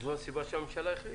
זאת הסיבה שהממשלה החליטה.